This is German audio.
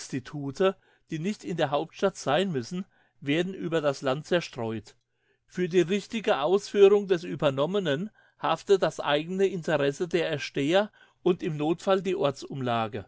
die nicht in der hauptstadt sein müssen werden über das land zerstreut für die richtige ausführung des uebernommenen haftet das eigene interesse der ersteher und im nothfall die